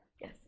yes